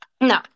No